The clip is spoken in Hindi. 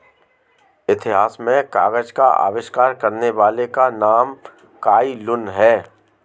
इतिहास में कागज का आविष्कार करने वाले का नाम काई लुन है